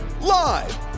Live